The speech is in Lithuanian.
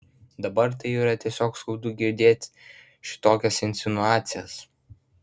dabar tai yra tiesiog skaudu girdėt šitokias insinuacijas